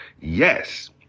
yes